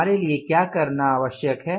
हमारे लिए क्या करना आवश्यक है